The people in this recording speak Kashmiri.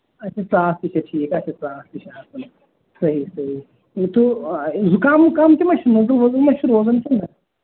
اَچھا ژاس تہِ چھِ ٹھیٖک ژاس تہِ چھِ آسان صحیح صحیح تہٕ زُکام وُکام ما چھُ نٔزٕل ؤزٕل ما چھُ روزان کِنہٕ نہَ